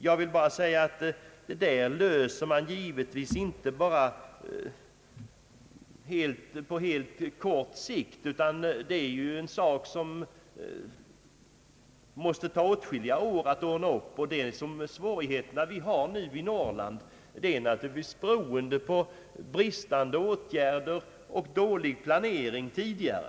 Jag vill bara framhålla att problemen givetvis inte går att lösa på kort sikt, utan detta är ju saker som det måste ta åtskilliga år att ordna upp. Svårig heterna i Norrland beror naturligtvis på otillräckliga åtgärder och dålig planering tidigare.